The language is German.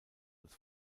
als